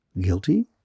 Guilty